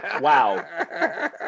Wow